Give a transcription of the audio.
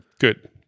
Good